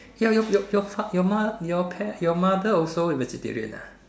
your your your fa~ your mo~ your pa~ your mother also vegetarian ah